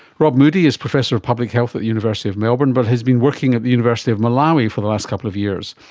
rob moodie is professor of public health at the university of melbourne but has been working at the university of malawi for the last couple of years.